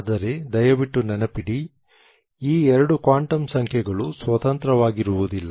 ಆದರೆ ದಯವಿಟ್ಟು ನೆನಪಿಡಿ ಈ ಎರಡು ಕ್ವಾಂಟಮ್ ಸಂಖ್ಯೆಗಳು ಸ್ವತಂತ್ರವಾಗಿರುವುದಿಲ್ಲ